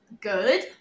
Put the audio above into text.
good